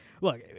look